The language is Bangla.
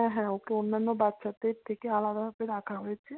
হ্যাঁ হ্যাঁ ওকে অন্যান্য বাচ্চাদের থেকে আলাদা ভাবে রাখা হয়েছে